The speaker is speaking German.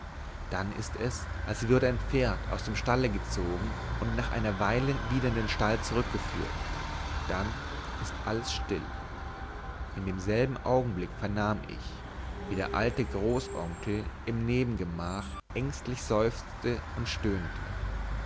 dann ist es als würde ein pferd aus dem stalle gezogen und nach einer weile wieder in den stall zurückgeführt dann ist alles still in demselben augenblick vernahm ich wie der alte großonkel im nebengemach ängstlich seufzte und stöhnte